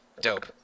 Dope